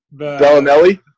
Bellinelli